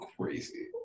crazy